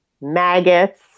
maggots